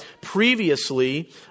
previously